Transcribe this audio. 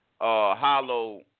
Hollow